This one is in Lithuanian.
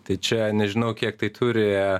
tai čia nežinau kiek tai turi